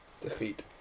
Defeat